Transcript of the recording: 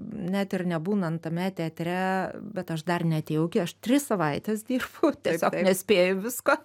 net ir nebūnant tame teatre bet aš dar neatėjau iki aš tris savaites dirbu tiesiog nespėju visko